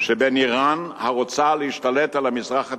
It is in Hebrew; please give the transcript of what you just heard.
שבין אירן, הרוצה להשתלט על המזרח התיכון,